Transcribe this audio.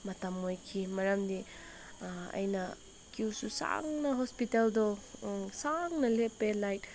ꯃꯇꯝ ꯑꯣꯏꯈꯤ ꯃꯔꯝꯗꯤ ꯑꯩꯅ ꯀ꯭ꯌꯨꯁꯨ ꯁꯥꯡꯅ ꯍꯣꯁꯄꯤꯇꯥꯜꯗꯣ ꯁꯥꯡꯅ ꯂꯦꯞꯄꯦ ꯂꯥꯏꯛ